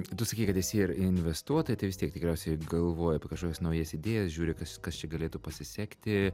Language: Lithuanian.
tu sakei kad esi ir investuotoja tai vis tiek tikriausiai galvoji apie kažkokias naujas idėjas žiūri kas kas čia galėtų pasisekti